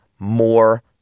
More